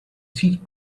sea